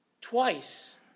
Twice